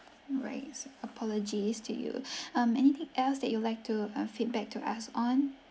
rights apologies to you um anything else that you would like um feedback to us on